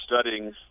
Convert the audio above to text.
studying